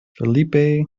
felipe